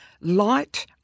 light